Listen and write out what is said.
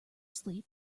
sleep